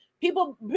people